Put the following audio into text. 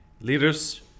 leaders